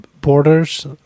borders